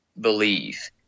believe